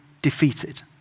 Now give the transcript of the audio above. Defeated